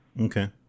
Okay